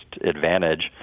advantage